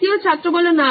তৃতীয় ছাত্র না